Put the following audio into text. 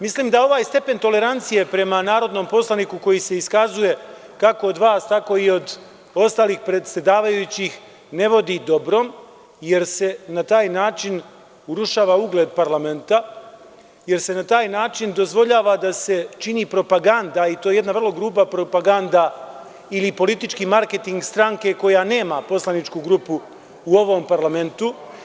Mislim da ovaj stepen tolerancije prema narodnom poslaniku koji se iskazuje kako od vas, tako i od ostalih predsedavajućih ne vodi dobrom, jer se na taj način urušava ugled parlamenta, jer se na taj način dozvoljava da se čini propaganda i to jedna vrlo grupa propaganda ili politički marketing stranke koja nema poslaničku grupu u ovom parlamentu.